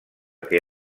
que